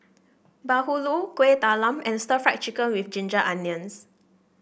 bahulu Kuih Talam and Stir Fried Chicken with Ginger Onions